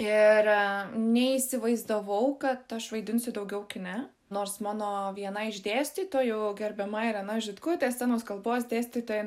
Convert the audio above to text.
ir neįsivaizdavau kad aš vaidinsiu daugiau kine nors mano viena iš dėstytojų gerbiama irena žitkutė scenos kalbos dėstytoja